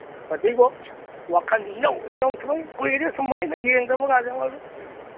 ꯐꯖꯩꯕꯣ ꯋꯥꯈꯜꯁꯦ ꯏꯅꯧ ꯍꯦꯛ ꯅꯧꯊꯣꯛꯏ ꯀꯨꯏꯔꯦ ꯁꯨꯃꯥꯏꯅ ꯌꯦꯡꯗꯕꯀꯥꯁꯦ ꯑꯋꯣꯏꯕ